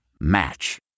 Match